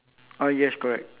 what else eh